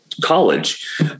college